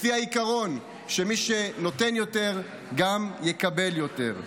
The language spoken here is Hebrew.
לפי העיקרון שמי שנותן יותר גם יקבל יותר.